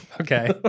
Okay